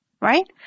Right